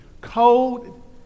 Cold